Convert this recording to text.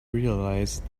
realize